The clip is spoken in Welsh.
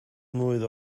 mlwydd